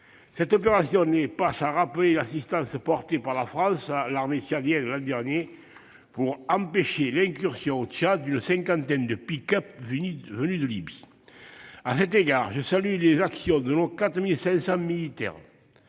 Cette opération n'est pas sans rappeler l'assistance portée par la France à l'armée tchadienne l'année dernière, pour empêcher l'incursion au Tchad d'une cinquantaine de pick-up venus de Libye. À cet égard, je salue l'action de nos 4 500 militaires